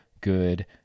good